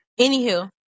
Anywho